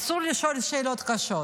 אסור לשאול שאלות קשות,